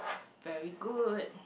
very good